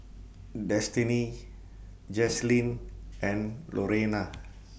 Destiney Jaslene and Lorena